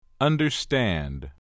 Understand